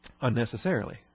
unnecessarily